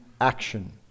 action